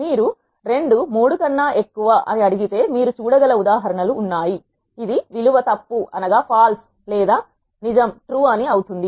మీరు 2 3 కన్నా ఎక్కువ అని అడిగితే మీరు చూడ గల ఉదాహరణ లు ఉన్నాయి ఇది విలువ తప్పు లేదా నిజం అవుతుంది